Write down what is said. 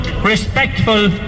respectful